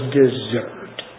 deserved